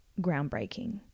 groundbreaking